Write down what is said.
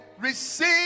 Receive